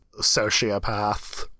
sociopath